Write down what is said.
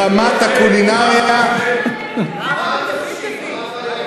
רמת הקולינריה, מה רע בגעפילטע פיש?